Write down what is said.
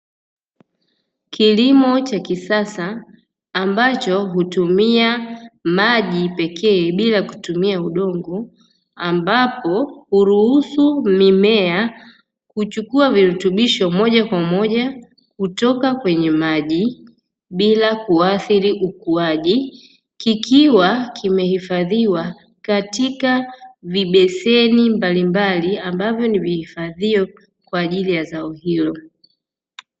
Kilimo cha kisasa ambacho hutumia maji pekee bila kutumia udongo ambapo huruhusu mimea kuchukua virutubisho moja kwa moja kutoka kwenye maji bila kuathiri ukuaji, kikiwa kimehifadhiwa katika vibeseni mbalimbali ambavyo ni vihifadhio kwa ajili ya zao hilo.